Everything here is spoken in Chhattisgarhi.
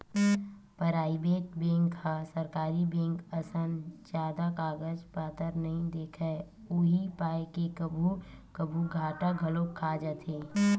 पराइवेट बेंक ह सरकारी बेंक असन जादा कागज पतर नइ देखय उही पाय के कभू कभू घाटा घलोक खा जाथे